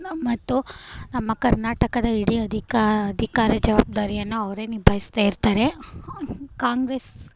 ಮತ್ತು ನಮ್ಮ ಕರ್ನಾಟಕದ ಇಡೀ ಅಧಿಕಾ ಅಧಿಕಾರಿ ಜವಾಬ್ದಾರಿಯನ್ನು ಅವರೇ ನಿಭಾಯಿಸ್ತಾಯಿರ್ತಾರೆ ಕಾಂಗ್ರೆಸ್